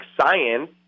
science